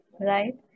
right